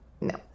No